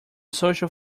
social